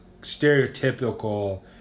stereotypical